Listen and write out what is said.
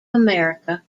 america